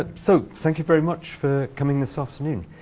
ah so thank you very much for coming this afternoon.